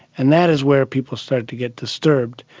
and that is where people start to get disturbed.